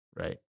Right